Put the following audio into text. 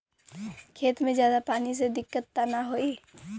खेत में ज्यादा पानी से दिक्कत त नाही होई?